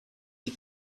die